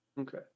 Okay